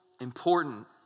important